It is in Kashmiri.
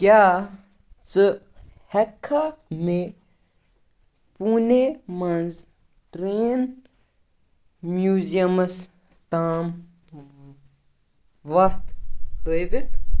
کیاہ ژٕ ہیکھا مے پوٗنے منٛز ٹرین میوزیمَس تام وتھ ہٲوِتھ